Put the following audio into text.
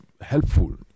helpful